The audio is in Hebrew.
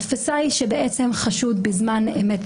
התפיסה היא שבעצם חשוד בזמן אמת,